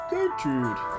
Gertrude